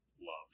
love